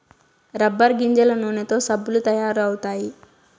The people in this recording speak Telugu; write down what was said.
రబ్బర్ గింజల నూనెతో సబ్బులు తయారు అవుతాయి